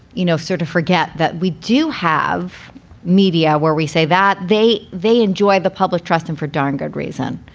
you know, sort of forget that we do have media where we say that they they enjoy the public trust and for darn good reason.